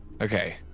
Okay